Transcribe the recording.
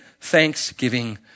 thanksgiving